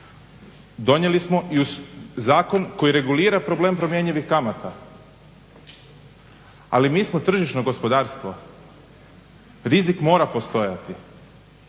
donijeli smo i uz zakon koji regulira problem promjenjivih kamata, ali mi smo tržišno gospodarstvo rizik mora postojati.